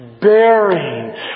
bearing